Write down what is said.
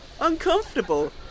uncomfortable